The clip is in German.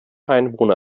einwohner